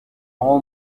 all